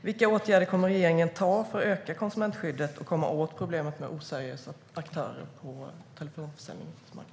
Vilka åtgärder kommer regeringen att vidta för att öka konsumentskyddet och komma åt problemet med oseriösa aktörer på telefonförsäljningsmarknaden?